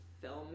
film